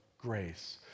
grace